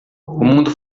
mundo